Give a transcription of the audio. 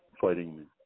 fighting